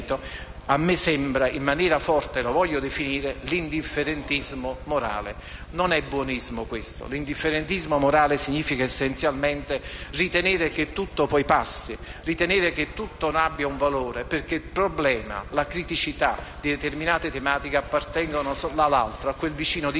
a me sembra in maniera forte - l'indifferentismo morale. Non è buonismo questo. L'indifferentismo morale significa essenzialmente ritenere che tutto poi passi, che tutto non abbia un valore. Il problema e la criticità di determinate tematiche appartengono solo all'altro, a quel vicino di casa,